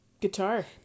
guitar